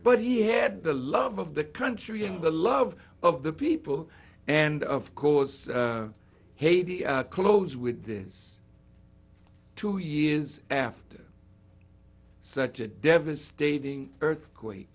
but he had the love of the country and the love of the people and of course haiti close with this two years after such a devastating earthquake